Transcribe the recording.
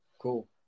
Cool